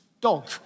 dog